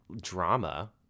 Drama